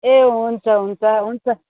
ए हुन्छ हुन्छ हुन्छ